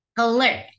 Hello